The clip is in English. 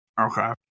Okay